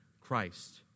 Christ